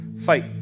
Fight